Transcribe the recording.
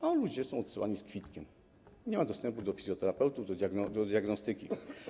A ludzie są odsyłani z kwitkiem, nie ma dostępu do fizjoterapeutów, do diagnostyki.